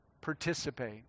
participate